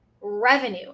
revenue